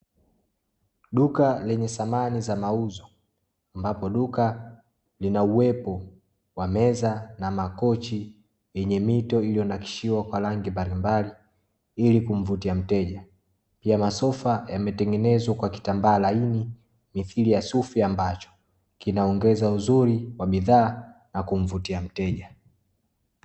Duka lenye samani za mauzo, ambapo duka lina uwepo wa meza na makochi yenye mito iliyonakishiwa kwa rangi mbalimbali ili kumvutia mteja. Pia masofa yametengenezwa kwa kitambaa laini mithili ya sufi ambacho kinaongeza uzuri wa bidhaa na kumvutia mteja.